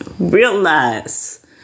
realize